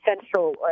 central